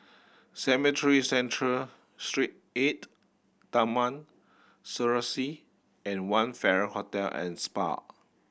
Cemetry Central Street Eight Taman Serasi and One Farrer Hotel and Spa